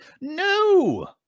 No